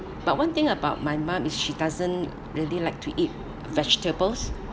but one thing about my mum is she doesn't really like to eat vegetables